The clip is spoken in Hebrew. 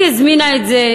היא הזמינה את זה,